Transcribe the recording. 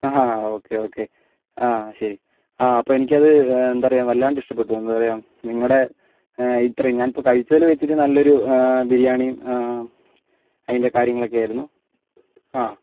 okay okay ശരി അപ്പോൾ എനിക്കത് എന്താ പറയാ വല്ലാണ്ട് ഇഷ്ട്ടപ്പെട്ടു എന്താ പറയാ നിങ്ങളുടെ ഇത്രേം ഞാനിപ്പോൾ കഴിച്ചതിൽ വെച്ചിട്ട് നല്ലൊരു ബിരിയാണീം അതിൻ്റെ കാര്യങ്ങളൊക്കെ ആയിരുന്നു